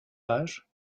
page